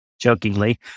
jokingly